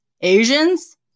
Asians